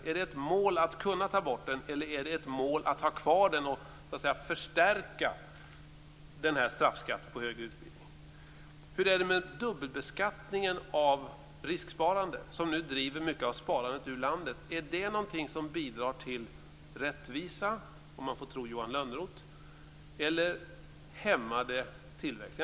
Är det ett mål att kunna ta bort den, eller är det ett mål att ha denna straffskatt på högre utbildning kvar och så att säga förstärka den? Hur är det med dubbelbeskattningen av risksparande, som nu driver mycket av sparandet ur landet? Bidrar den till rättvisa, som Johan Lönnroth menar, eller hämmar den tillväxten?